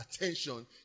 attention